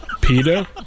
PETA